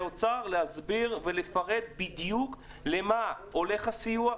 האוצר להסביר ולפרט בדיוק למה הולך הסיוע,